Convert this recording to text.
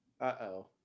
uh-oh